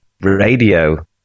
radio